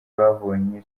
babonye